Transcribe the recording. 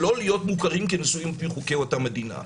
שלא להיות מוכרים כנשואים על פי חוקי אותה מדינה.